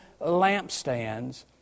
lampstands